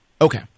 Okay